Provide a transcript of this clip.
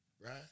right